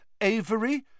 Avery